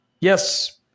Yes